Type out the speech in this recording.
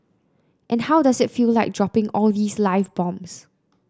and how does it feel like dropping all these live bombs